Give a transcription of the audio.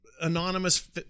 anonymous